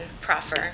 proffer